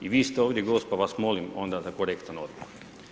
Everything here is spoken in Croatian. I vi ste ovdje gost, pa vas molim onda za korektan odgovor.